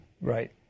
Right